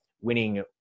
winning